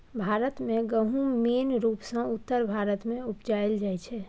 भारत मे गहुम मेन रुपसँ उत्तर भारत मे उपजाएल जाइ छै